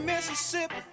Mississippi